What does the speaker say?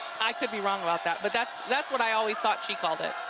i could be wrong about that but that's that's what i always thought shecalled it.